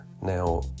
Now